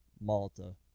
Malta